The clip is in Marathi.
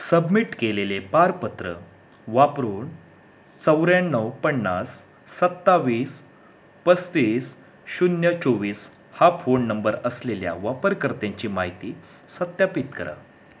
सबमिट केलेले पारपत्र वापरून चौऱ्याण्णव पन्नास सत्तावीस पस्तीस शून्य चोवीस हा फोन नंबर असलेल्या वापरकर्त्यांची माहिती सत्यापित करा